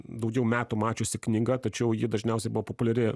daugiau metų mačiusi knyga tačiau ji dažniausiai buvo populiari